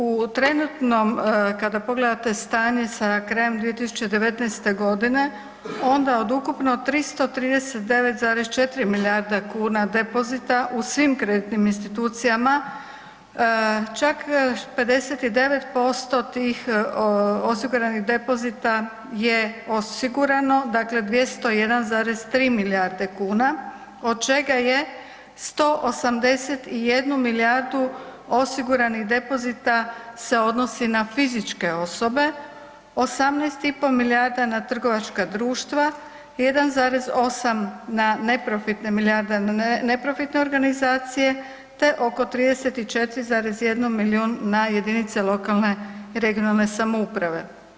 U trenutnom, kada pogledate stanje sa krajem 2019.g. onda od ukupno 339,4 milijarde kuna depozita u svim kreditnim institucijama čak 59% tih osiguranih depozita je osigurano dakle 201,3 milijarde kuna od čega je 181 milijardu osiguranih depozita se odnosi na fizičke osobe, 18,5 milijarda na trgovačka društva, 1,8 na neprofitne milijarda na neprofitne organizacije te oko 34,1 milijun na jedinice lokalne i regionalne samouprave.